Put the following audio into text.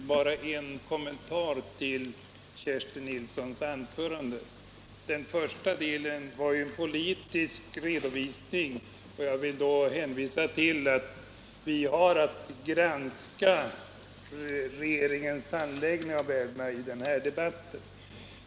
Herr talman! Bara en kommentar till Kerstin Nilssons anförande. Den första delen av anförandet var ju en politisk redovisning, och jag vill hänvisa till att vi har att granska regeringens handläggning av ärendena i den här debatten.